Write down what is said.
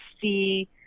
see